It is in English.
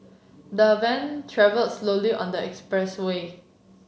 the van travel slowly on the expressway